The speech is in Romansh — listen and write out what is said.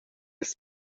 ils